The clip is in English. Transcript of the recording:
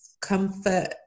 comfort